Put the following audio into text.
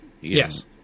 Yes